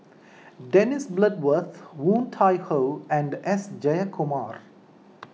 Dennis Bloodworth Woon Tai Ho and S Jayakumar